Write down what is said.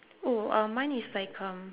oh uh mine is like um